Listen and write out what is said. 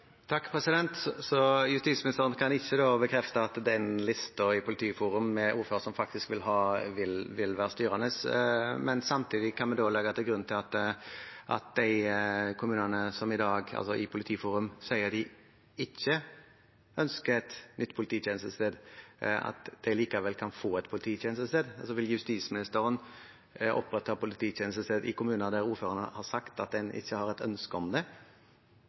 Justisministeren kan ikke bekrefte at listen i Politiforum med ordførere som faktisk vil ha tjenestested, vil være styrende. Men samtidig kan vi legge til grunn at de kommunene som i Politiforum i dag sier at de ikke ønsker et nytt polititjenestested, likevel kan få et polititjenestested. Vil justisministeren opprette polititjenestested i kommuner der ordførerne har sagt at en ikke har et ønske om det?